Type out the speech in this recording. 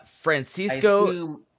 francisco